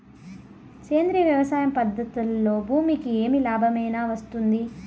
సేంద్రియ వ్యవసాయం పద్ధతులలో భూమికి ఏమి లాభమేనా వస్తుంది?